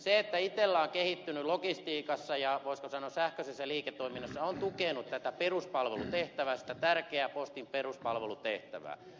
se että itella on kehittynyt logistiikassa ja voisiko sanoa sähköisessä liiketoiminnassa on tukenut tätä tärkeää postin peruspalvelutehtävää